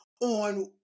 on